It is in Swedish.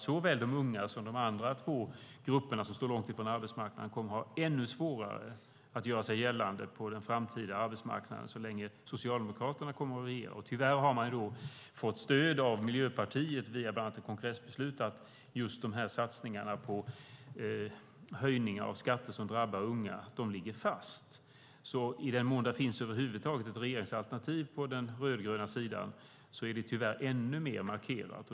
Såväl de unga som de andra två grupperna som står långt ifrån arbetsmarknaden kommer att ha ännu svårare att göra sig gällande på den framtida arbetsmarknaden om Socialdemokraterna får regera. Tyvärr har de fått stöd av Miljöpartiet, bland annat via ett kongressbeslut, för satsningarna på höjningar av skatter som drabbar unga, och de ligger fast. I den mån det över huvud taget finns ett regeringsalternativ på den rödgröna sidan är detta tyvärr ännu mer markerat.